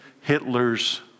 Hitler's